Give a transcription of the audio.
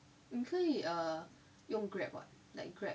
你可以 err 用 grab [what] like grab